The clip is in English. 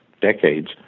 decades